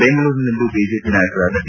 ಬೆಂಗಳೂರಿನಲ್ಲಿಂದು ಬಿಜೆಪಿ ನಾಯಕರಾದ ಡಿ